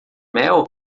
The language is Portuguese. mel